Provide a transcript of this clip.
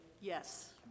yes